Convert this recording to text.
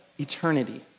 eternity